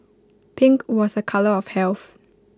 pink was A colour of health